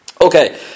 Okay